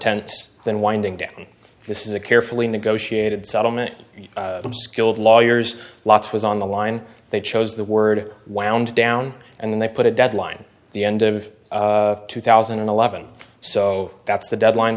tense than winding down and this is a carefully negotiated settlement and skilled lawyers lots was on the line they chose the word wound down and then they put a deadline the end of two thousand and eleven so that's the deadline